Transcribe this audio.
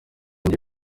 njye